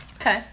Okay